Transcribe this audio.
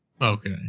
okay